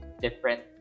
different